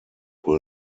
will